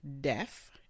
Deaf